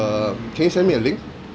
err can you send me a link